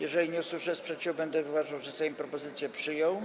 Jeżeli nie usłyszę sprzeciwu, będę uważał, że Sejm propozycję przyjął.